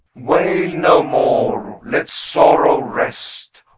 wail no more, let sorrow rest,